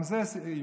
גם זה עיוות.